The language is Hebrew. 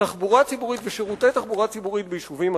תחבורה ציבורית ושירותי תחבורה ציבורית ביישובים ערביים,